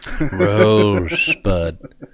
Rosebud